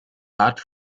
haart